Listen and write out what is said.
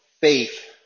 faith